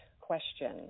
question